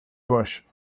busch